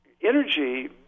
energy